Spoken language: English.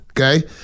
Okay